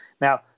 Now